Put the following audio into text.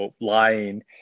lying